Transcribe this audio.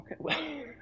Okay